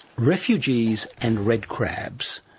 refugees and red crabs.